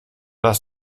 dass